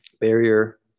barrier